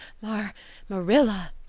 mar marilla,